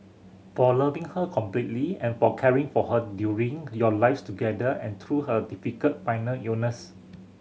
for loving her completely and for caring for her during your lives together and through her difficult final illness